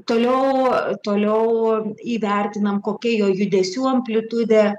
toliau toliau įvertinam kokia jo judesių amplitudė